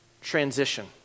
transition